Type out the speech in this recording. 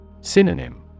Synonym